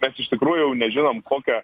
mes iš tikrųjų jau nežinom kokią